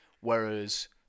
Whereas